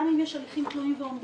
גם אם יש הליכים תלויים ועומדים,